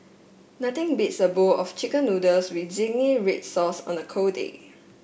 nothing beats a bowl of chicken noodles with zingy red sauce on a cold day